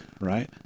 Right